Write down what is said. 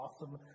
awesome